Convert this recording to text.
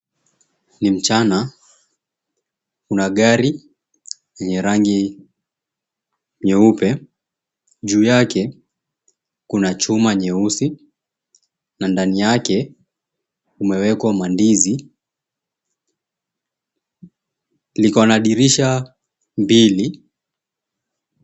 Ni mchana kuna gari lenye rangi nyeupe, juu yake kuna chuma nyeusi na ndani yake kumewekwa mandizi, liko na dirisha mbili.